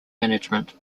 management